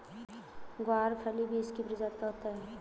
ग्वारफली बींस की प्रजाति का होता है